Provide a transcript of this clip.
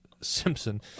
Simpson